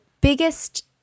biggest